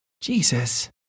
Jesus